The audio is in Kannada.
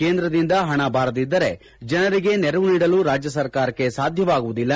ಕೇಂದ್ರದಿಂದ ಪಣ ಬಾರದಿದ್ದರೆ ಜನರಿಗೆ ನೆರವು ನೀಡಲು ರಾಜ್ಯ ಸರ್ಕಾರಕ್ಕೆ ಸಾಧ್ಯವಾಗುವುದಿಲ್ಲ